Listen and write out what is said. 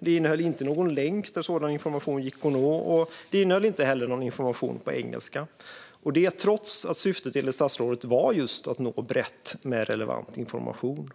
Det innehöll inte någon länk där sådan information fanns att nå, och det innehöll inte heller någon information på engelska - detta trots att syftet enligt statsrådet var att nå ut brett med relevant information.